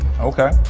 Okay